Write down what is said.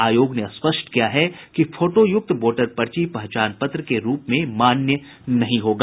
आयोग ने स्पष्ट किया है कि फोटोयुक्त वोटर पर्ची पहचान पत्र के रूप में मान्य नहीं होगा